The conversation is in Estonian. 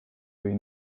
või